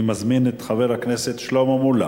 אני מזמין את חבר הכנסת שלמה מולה,